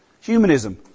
humanism